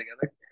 together